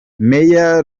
myr